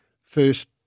first